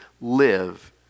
live